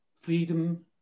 freedom